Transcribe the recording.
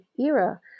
era